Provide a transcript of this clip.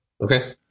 Okay